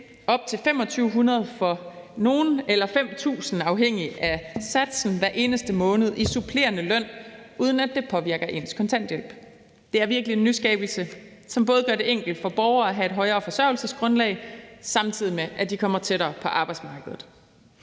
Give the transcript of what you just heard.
op til 2.500 kr. og for andre op til 5.000 kr. afhængig af satsen hver eneste måned i supplerende løn, uden at det påvirker ens kontanthjælp. Det er virkelig en nyskabelse, som gør det enkelt for borgere at have et højere forsørgelsesgrundlag, samtidig med at de kommer tættere på arbejdsmarkedet.